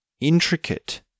intricate